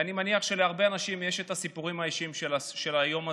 ואני מניח שלהרבה אנשים יש את הסיפורים האישיים של היום הזה.